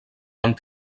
van